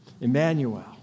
Emmanuel